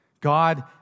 God